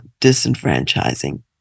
disenfranchising